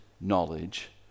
knowledge